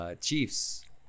Chiefs